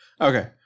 Okay